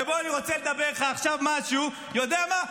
בוא, אני רוצה לדבר עכשיו משהו: אתה יודע מה?